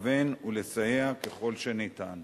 לכוון ולסייע ככל שניתן.